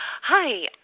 Hi